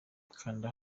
kanda